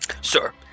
Sir